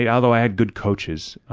yeah although i had good coaches.